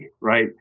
right